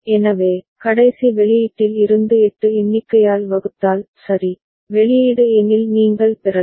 எனவே கடைசி வெளியீட்டில் இருந்து 8 எண்ணிக்கையால் வகுத்தால் சரி வெளியீடு எனில் நீங்கள் பெறலாம்